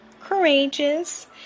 courageous